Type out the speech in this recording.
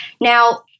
Now